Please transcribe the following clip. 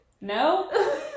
No